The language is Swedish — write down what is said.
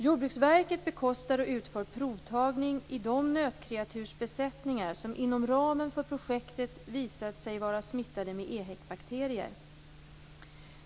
Jordbruksverket bekostar och utför provtagning i de nötkreatursbesättningar som inom ramen för projektet visat sig vara smittade med EHEC-bakterier.